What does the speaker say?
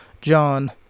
John